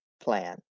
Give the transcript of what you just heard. plan